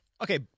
Okay